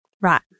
Right